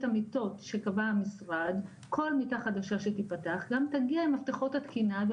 המיטות שקבע המשרד כל מיטה חגדשה שתיפתח גם תגיע עם מפתחות התקינה,